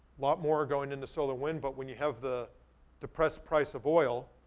lot more going into solar wind, but when you have the depressed price of oil,